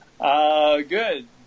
Good